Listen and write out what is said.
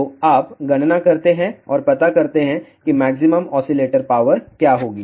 तो आप गणना करते हैं और पता करते हैं कि मैक्सिमम ऑसीलेटर पावर क्या होगी